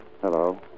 Hello